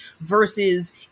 versus